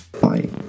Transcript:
bye